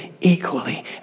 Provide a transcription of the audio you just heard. equally